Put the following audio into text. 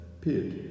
pit